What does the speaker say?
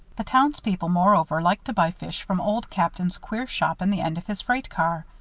the townspeople, moreover, liked to buy fish from old captain's queer shop in the end of his freight car.